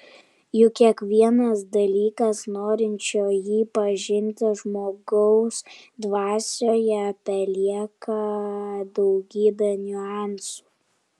juk kiekvienas dalykas norinčio jį pažinti žmogaus dvasioje palieka daugybę niuansų